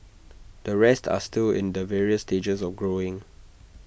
the rest are still in the various stages of growing